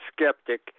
skeptic